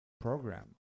program